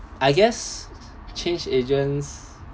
I guess change agents